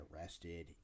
arrested